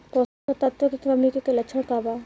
पोषक तत्व के कमी के लक्षण का वा?